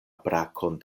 brakon